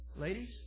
Ladies